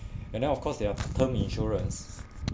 and then of course there are term insurance